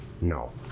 No